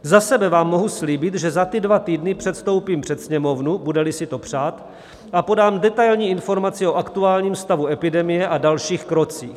Za sebe vám mohu slíbit, že za ty dva týdny předstoupím před Sněmovnu, budeli si to přát, a podám detailní informaci o aktuálním stavu epidemie a dalších krocích.